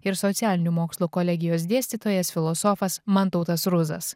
ir socialinių mokslų kolegijos dėstytojas filosofas mantautas ruzas